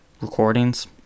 recordings